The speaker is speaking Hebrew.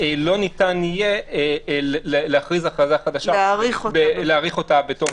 לא ניתן יהיה להאריך את ההכרזה בתום